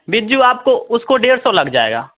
बिज्जू आपको उसको डेढ़ सौ लग जाएगा